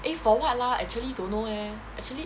eh for what ah actually don't know leh actually